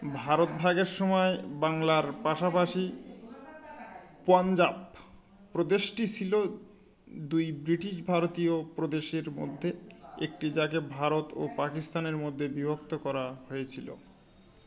ভারতভাগের সময় বাংলার পাশাপাশি পঞ্জাব প্রদেশটি ছিল দুই ব্রিটিশ ভারতীয় প্রদেশের মধ্যে একটি জায়গাকে ভারত ও পাকিস্তানের মধ্যে বিভক্ত করা হয়েছিল